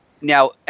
now